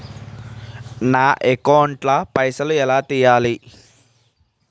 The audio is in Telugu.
నా అకౌంట్ ల పైసల్ ఎలా తీయాలి?